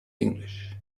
english